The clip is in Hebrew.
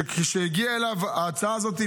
שכשהגיעה אליו ההצעה הזאת,